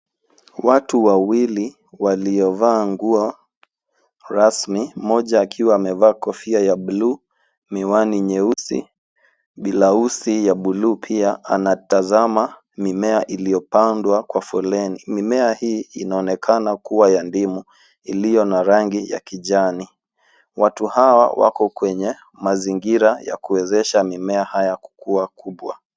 Watu wawili waliovaa nguo rasmi. Mmoja akiwa amevaa kofia la blue ,miwani nyeusi, blausi ya blue pia anatazama mimea iliyopandwa kwa foleni. Mimea hii inaonekana kuwa ya ndimu iliyo na rangi ya kijani. Watu hawa wako kwenye mazingira ya kuwezesha mimea haya kukuua kubwa.